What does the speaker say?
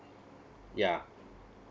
yeah